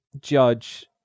judge